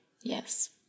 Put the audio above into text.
Yes